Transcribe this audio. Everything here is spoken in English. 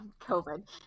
COVID